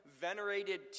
venerated